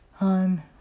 on